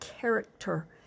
character